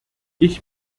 ich